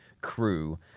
crew